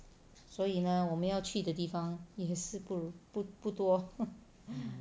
所以呢我们要去的地方也是不如不不多